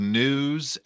news